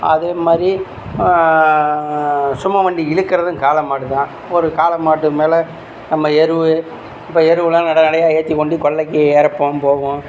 அதேமாதிரி சும்மா வண்டி இழுக்கிறதும் காளைமாடு தான் ஒரு காளைமாட்டு மேல் நம்ம எருவு இப்போ எருவுல்லாம் நிறையா நிறையா ஏற்றிக் கொண்டு கொல்லைக்கு இறக்குவோம் போவோம்